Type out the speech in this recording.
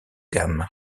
gamme